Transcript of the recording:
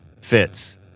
fits